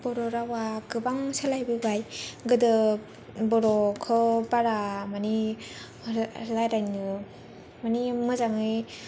बर' रावआ गोबां सोलायबोबाय गोदो बर'खौ बारा मानि रायज्लायनो मानि मोजाङै